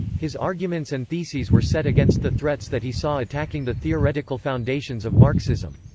his arguments and theses were set against the threats that he saw attacking the theoretical foundations of marxism.